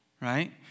right